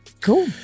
Cool